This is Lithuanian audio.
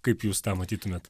kaip jūs tą matytumėt